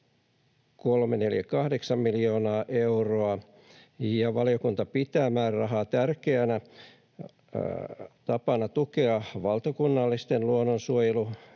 2,348 miljoonaa euroa. Valiokunta pitää määrärahaa tärkeänä tapana tukea valtakunnallisten luonnonsuojelu‑